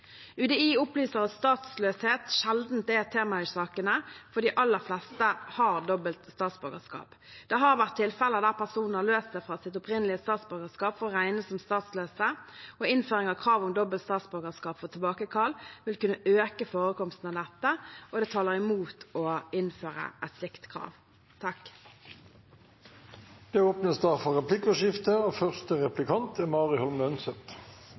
UDI opplyser at statsløshet sjelden er et tema i sakene, fordi de aller fleste har dobbelt statsborgerskap. Det har vært tilfeller der personer har løst seg fra sitt opprinnelig statsborgerskap for å regnes som statsløse. Innføring av krav om dobbelt statsborgerskap for tilbakekall vil kunne øke forekomsten av dette. Det taler mot å innføre et slikt krav. Det blir replikkordskifte. Takk til statsråden for